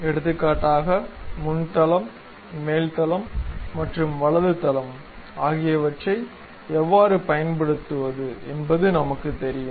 எடுத்துக்காட்டாக முன் தளம் மேல் தளம் மற்றும் வலது தளம் ஆகியவற்றை எவ்வாறு பயன்படுத்துவது என்பது நமக்குத் தெரியும்